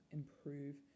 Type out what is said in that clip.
improve